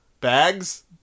Bags